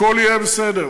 הכול יהיה בסדר.